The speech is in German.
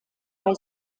bei